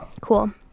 Cool